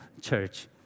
church